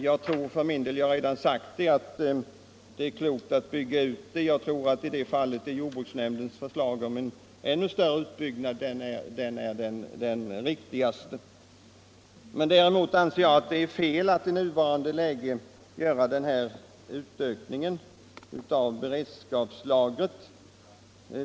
Jag tror för min del — jag har redan sagt det — att det är klokt att bygga ut beredskapslagret och att i det fallet jordbruksnämndens förslag om en ännu större utbyggnad är det på sikt riktigaste. Däremot anser jag det vara fel att i nuvarande läge utöka beredskapslagret.